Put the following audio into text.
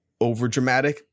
overdramatic